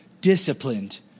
disciplined